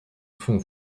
fonds